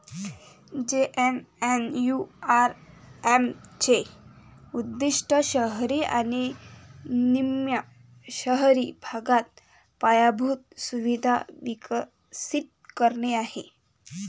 JNNURM चे उद्दीष्ट शहरी आणि निम शहरी भागात पायाभूत सुविधा विकसित करणे आहे